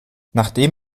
nachdem